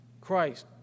Christ